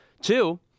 Two